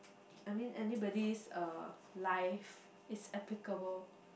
I mean anybody's uh life is applicable